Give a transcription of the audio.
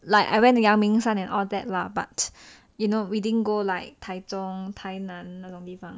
like I went the 阳明山 and all that lah but you know we didn't go like 台中台南那种地方